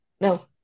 no